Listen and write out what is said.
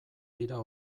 dira